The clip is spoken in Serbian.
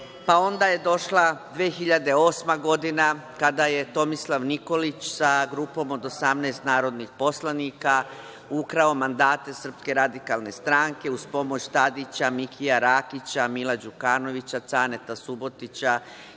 Pa, onda je došla 2008. godina kada je Tomislav Nikolić sa grupom od 18 narodnih poslanika ukrao mandate SRS uz pomoć Tadića, Mikija Rakića, Mila Đukanovića, Caneta Subotića